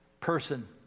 person